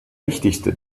wichtigste